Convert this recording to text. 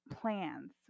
plans